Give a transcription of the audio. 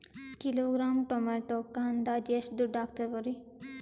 Kilogram ಟೊಮೆಟೊಕ್ಕ ಅಂದಾಜ್ ಎಷ್ಟ ದುಡ್ಡ ಅಗತವರಿ?